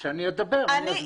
כשאני אדבר, אני אסביר.